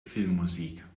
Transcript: filmmusik